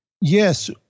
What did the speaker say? Yes